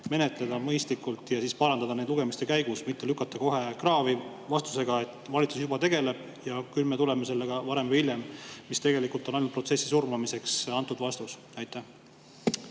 menetleda ja parandada neid lugemiste käigus, mitte lükata neid kohe kraavi vastusega, et valitsus juba tegeleb ja küll me tuleme sellega varem või hiljem? See on tegelikult ju ainult protsessi surmamiseks antud vastus. Tänan,